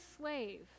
slave